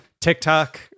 TikTok